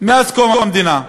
מאז קום המדינה.